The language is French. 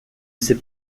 sais